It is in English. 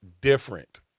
different